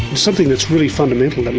something that's really fundamental,